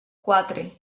quatre